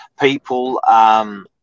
People